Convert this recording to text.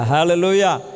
Hallelujah